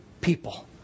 people